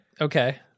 Okay